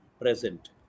present